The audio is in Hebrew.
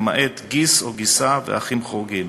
למעט גיס או גיסה ואחים חורגים.